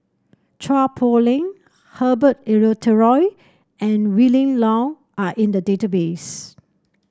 Chua Poh Leng Herbert Eleuterio and Willin Low are in the database